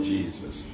Jesus